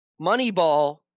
Moneyball